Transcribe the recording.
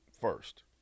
first